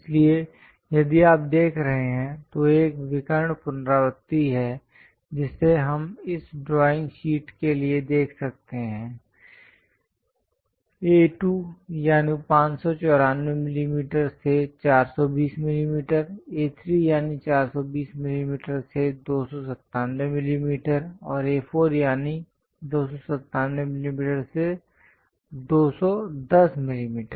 इसलिए यदि आप देख रहे हैं तो एक विकर्ण पुनरावृत्ति है जिसे हम इस ड्राइंग शीट के लिए देख सकते हैं A2 यानि 594 मिमी से 420 मिमी A3 यानी 420 मिमी से 297 मिमी और A4 यानी 297 मिमी से 210 मिमी